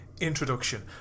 Introduction